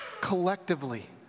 collectively